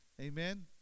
Amen